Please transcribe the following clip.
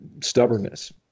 stubbornness